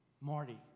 Marty